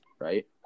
right